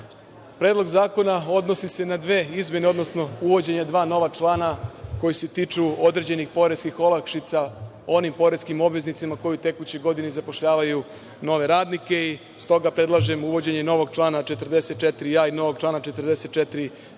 zakona odnosi se na dve izmene, odnosno uvođenje dva nova člana koji se tiču određenih poreskih olakšica onim poreskim obveznicima koji u tekućoj godini zapošljavaju nove radnike i stoga predlažem uvođenje novog člana 44a. i novog člana 44b.